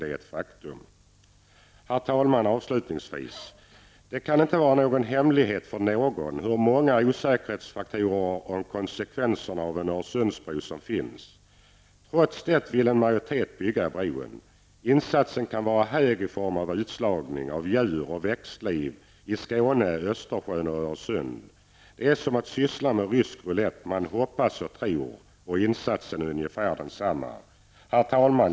Det är ett faktum. Avslutningsvis: Det kan inte vara någon hemlighet för någon hur många osäkerhetsfaktorer beträffande konsekvenserna av en Öresundsbro som finns. Trots det vill en majoritet bygga bron. Insatsen kan vara hög i form av utslagning av djuroch växtliv i Skåne, Östersjön och Öresund. Det är som att syssla med rysk roulett -- man hoppas och tror. Insatsen är ungefär densamma. Herr talman!